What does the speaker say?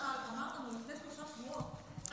ח'אלד משעל אמר לפני שלושה שבועות,